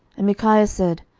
and micaiah said,